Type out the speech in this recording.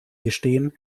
gestehen